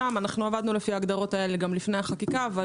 עבדנו לפי ההגדרות האלה גם לפני החקיקה אבל